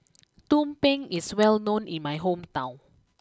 Tumpeng is well known in my hometown